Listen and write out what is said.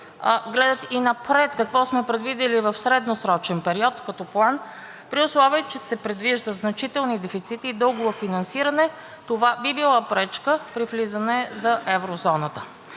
гледат и напред какво сме предвидили в средносрочен период като план. При условие че се предвиждат значителни дефицити и дългово финансиране, това би било пречка при влизане в еврозоната.